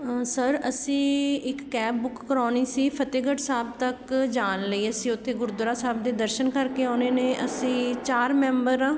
sir ਅਸੀਂ ਇੱਕ cab book ਕਰਵਾਉਣੀ ਸੀ ਫਤਿਹਗੜ੍ਹ ਸਾਹਿਬ ਤੱਕ ਜਾਣ ਲਈ ਅਸੀਂ ਉੱਥੇ ਗੁਰਦੁਆਰਾ ਸਾਹਿਬ ਦੇ ਦਰਸ਼ਨ ਕਰਕੇ ਆਉਣੇ ਨੇ ਅਸੀਂ ਚਾਰ ਮੈਂਬਰ ਆ